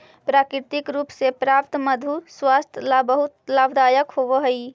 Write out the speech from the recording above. प्राकृतिक रूप से प्राप्त मधु स्वास्थ्य ला बहुत लाभदायक होवअ हई